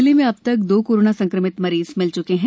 जिले में अब तक दो कोरोना संक्रमित मरीज मिल च्के हैं